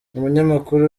umunyamakuru